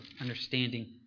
understanding